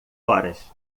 horas